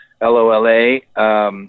L-O-L-A